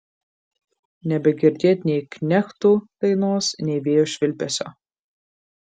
nebegirdėt nei knechtų dainos nei vėjo švilpesio